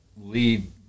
lead